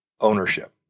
Ownership